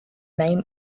name